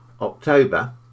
October